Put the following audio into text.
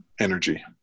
energy